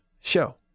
show